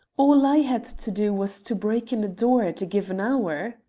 all i had to do was to break in a door at a given hour.